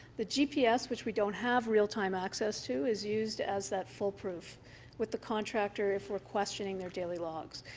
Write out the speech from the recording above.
the gps which we don't have real time access to is used as that full proof with the contractor if we're questioning their daily logs.